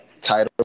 Title